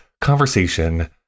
conversation